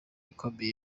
ikomeye